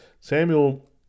Samuel